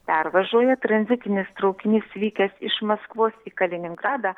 pervažoje tranzitinis traukinys vykęs iš maskvos į kaliningradą